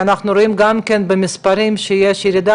כי אנחנו רואים גם במספרים שיש ירידה